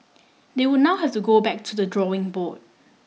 they would now have to go back to the drawing board